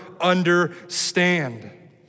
understand